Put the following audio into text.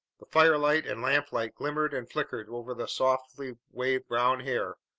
the firelight and lamplight glimmered and flickered over the softly waved brown hair,